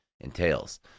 entails